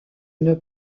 une